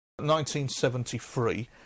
1973